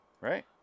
right